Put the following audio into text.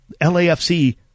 LAFC